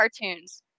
cartoons